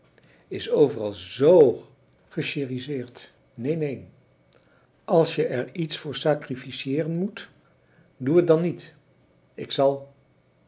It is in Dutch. is overal zoo gechérisseerd neen neen als je er iets voor sacrifiëeren moet doe het dan niet ik zal